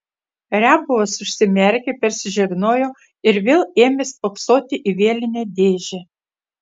riabovas užsimerkė persižegnojo ir vėl ėmė spoksoti į vielinę dėžę